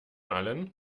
allen